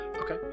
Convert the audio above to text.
Okay